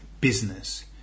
business